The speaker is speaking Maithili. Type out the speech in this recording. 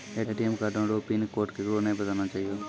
ए.टी.एम कार्ड रो पिन कोड केकरै नाय बताना चाहियो